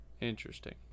Interesting